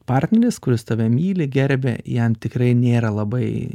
partneris kuris tave myli gerbia jam tikrai nėra labai